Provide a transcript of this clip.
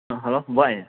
hello ꯚꯥꯏ